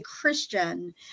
Christian